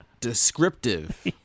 descriptive